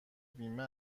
بیمه